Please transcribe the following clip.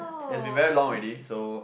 it's has been very long already so